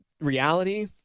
reality